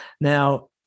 Now